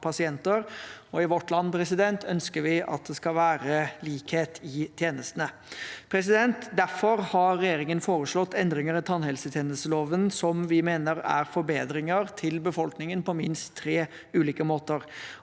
i vårt land ønsker vi at det skal være likhet i tjenestene. Derfor har regjeringen foreslått endringer i tannhelsetjenesteloven som vi mener er forbedringer for befolkningen på minst tre ulike måter.